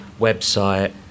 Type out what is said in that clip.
website